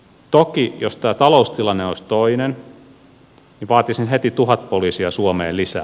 toki jos tämä taloustilanne olisi toinen vaatisin heti tuhat poliisia suomeen lisää